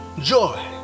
joy